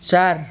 चार